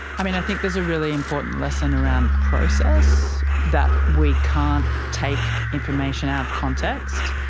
i think there's a really important lesson around process, that we can't take information out of context.